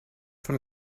von